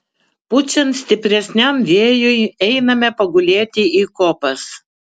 pučiant stipresniam vėjui einame pagulėti į kopas